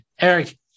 Eric